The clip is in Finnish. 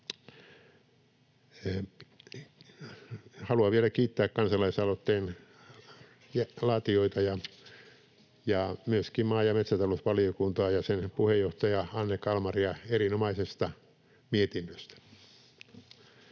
Haluan vielä kiittää kansalaisaloitteen laatijoita ja myöskin maa‑ ja metsätalousvaliokuntaa ja sen puheenjohtaja Anne Kalmaria erinomaisesta mietinnöstä.